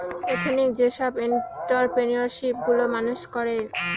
ethnic যেসব entrepreneurship গুলো মানুষ করে